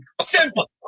Simple